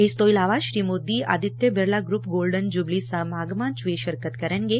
ਇਸ ਤੋਂ ਇਲਾਵਾ Shri Modi Aditya Birla group golden jubilee ਸਮਾਗਮਾਂ ਚ ਵੀ ਸ਼ਿਰਕਤ ਕਰਨਗੇ